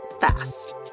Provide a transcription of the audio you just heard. fast